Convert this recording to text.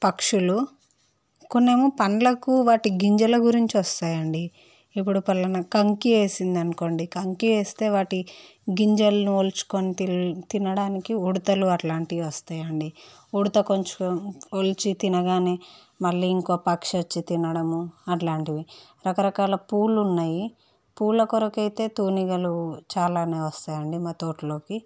పక్షులు కొన్ని ఏమో పళ్ళకు వాటి గింజల గురించి వస్తాయండి ఇప్పుడు ఫలాన కంకి వేసింది అనుకోండి కంకి వేస్తే వాటి గింజలను వల్చుకోని తిన తినడానికి ఉడతలు అలాంటివి వస్తాయండి ఉడత కొంచెం వల్చి తినగానే మళ్ళీ ఇంకో పక్షి వచ్చి తినడం అలాంటివి రకరకాల పూలు ఉన్నాయి పూల కొరకు అయితే తూనీగలు చాలా వస్తాయండి మా తోటలోకి